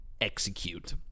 execute